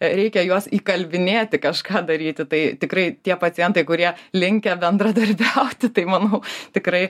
reikia juos įkalbinėti kažką daryti tai tikrai tie pacientai kurie linkę bendradarbiauti tai manau tikrai